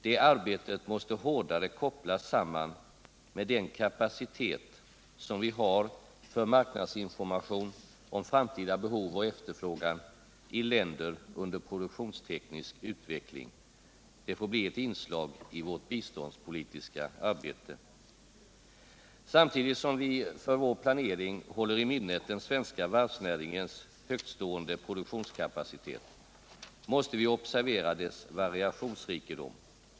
Det arbetet måste hårdare kopplas samman med den kapacitet som vi har för marknadsinformation om framtida behov och efterfrågan i länder under produktionsteknisk utveckling. Det får bli ett inslag i vårt biståndspolitiska arbete. Samtidigt som vi för vår planering håller i minnet den svenska varvsnäringens högtstående produktionskapacitet måste vi observera dess variationsrikedom.